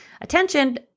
attention